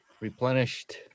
replenished